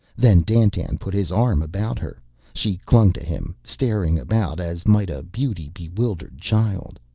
then dandtan put his arm about her she clung to him, staring about as might a beauty-bewildered child.